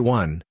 one